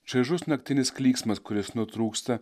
čaižus naktinis klyksmas kuris nutrūksta